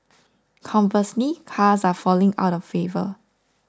conversely cars are falling out of favour